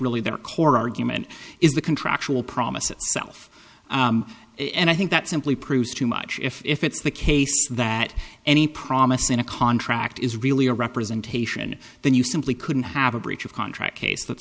really their core argument is the contractual promises self and i think that simply proves too much if it's the case that any promise in a contract is really a representation and then you simply couldn't have a breach of contract case